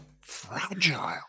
fragile